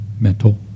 mental